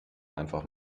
einfach